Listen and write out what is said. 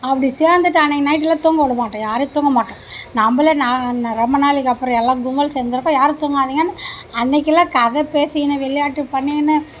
அப்படி சேர்ந்துட்டு அன்றைக்கு நைட்டெலாம் தூங்கவிடமாட்டேன் யாரையும் தூங்கமாட்டோம் நம்மளே நான் ரொம்ப நாளைக்கு அப்புறம் எல்லாம் கும்பல் சேர்ந்துருக்கோம் யாரும் தூங்காதிங்கன்னு அன்னைக்கெலாம் கதை பேசிக்கினு விளையாட்டு பண்ணிக்கினு